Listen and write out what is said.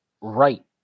right